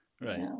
Right